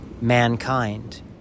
mankind